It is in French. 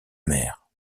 mère